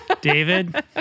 David